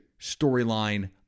storyline